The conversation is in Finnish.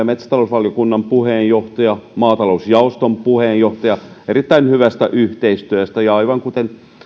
metsätalousvaliokunnan puheenjohtajaa maatalousjaoston puheenjohtajaa erittäin hyvästä yhteistyöstä ja aivan kuten